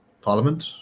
Parliament